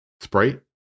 Sprite